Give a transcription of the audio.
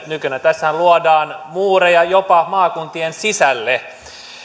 nykyinen tässähän luodaan muureja jopa maakuntien sisälle